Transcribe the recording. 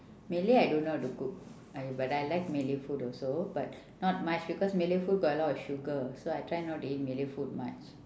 malay I don't know how to cook I but I like malay food also but not much because malay food got a lot of sugar so I try not to eat malay food much